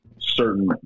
certain